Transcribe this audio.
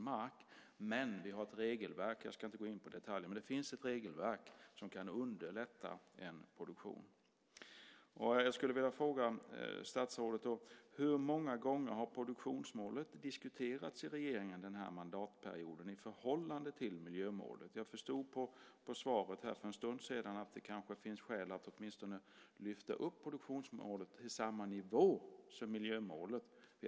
Men det finns ett regelverk - jag ska inte gå in på detaljer - som kan underlätta en produktion. Hur många gånger har produktionsmålet, statsrådet, diskuterats i regeringen under mandatperioden i förhållande till miljömålet? Jag förstod på svaret för en stund sedan att det kanske finns skäl att åtminstone lyfta upp produktionsmålet till samma nivå som miljömålet.